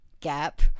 gap